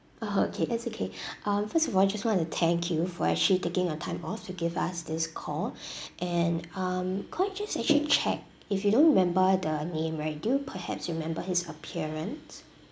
that's okay uh first of all I just want to thank you for actually taking your time off to give us this call and um could I just actually check if you don't remember the name right do you perhaps remember his appearance